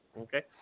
Okay